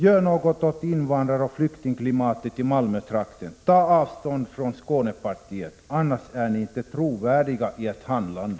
Gör något åt invandraroch flyktingklimatet i Malmötrakten! Ta avstånd från Skånepartiet, annars är ni inte trovärdiga i ert handlande!